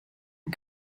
and